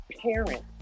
parents